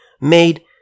made